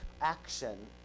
action